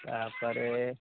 ତା'ପରେ